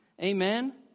Amen